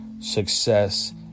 success